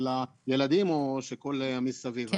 של הילדים או של כל המסביב.